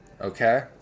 Okay